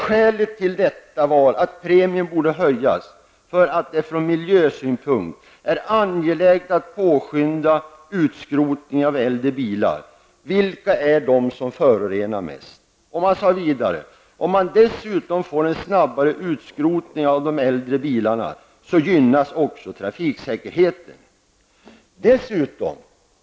Skälet till det är att premien borde höjas därför att det från miljösynpunkt är angeläget att påskynda utskrotningen av äldre bilar, vilka är de som förorenar mest. Man sade vidare från utskottet att om vi dessutom får en snabbare skrotning av de äldre bilarna gynnas också trafiksäkerheten.